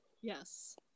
Yes